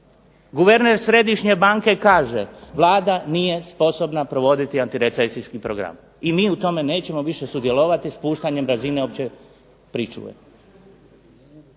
Guverner središnje banke kaže Vlada nije sposobna provoditi antirecesijski program i mi u tome nećemo više sudjelovati spuštanjem razine opće pričuve.